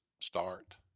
start